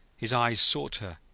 his eyes sought her,